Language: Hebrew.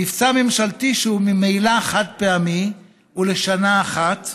מבצע ממשלתי שהוא ממילא חד-פעמי ולשנה אחת,